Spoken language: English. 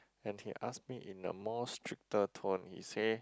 and he asked me in a more stricter tone he say